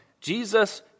Jesus